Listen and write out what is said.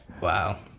Wow